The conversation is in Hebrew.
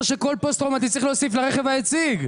שכל פוסט טראומתי צריך להוסיף לרכב היציג.